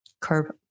curb